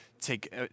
take